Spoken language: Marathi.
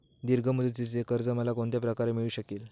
दीर्घ मुदतीचे कर्ज मला कोणत्या प्रकारे मिळू शकेल?